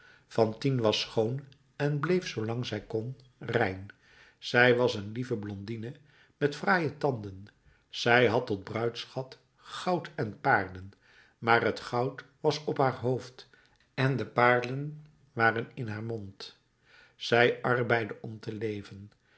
fantine was schoon en bleef zoolang zij kon rein zij was een lieve blondine met fraaie tanden zij had tot bruidsschat goud en paarlen maar het goud was op haar hoofd en de paarlen waren in haar mond zij arbeidde om te leven